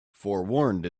forewarned